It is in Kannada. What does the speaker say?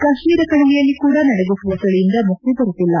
ಕಾಶ್ವೀರ ಕಣಿವೆಯಲ್ಲಿ ಕೂಡ ನಡುಗಿಸುವ ಚಳಿಯಿಂದ ಮುಕ್ತಿ ದೊರೆತಿಲ್ಲ